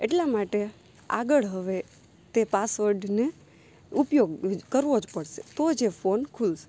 એટલા માટે આગળ હવે તે પાસવર્ડને ઉપયોગ કરવો જ પડશે તો જ એ ફોન ખુલશે